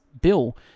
Bill